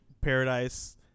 Paradise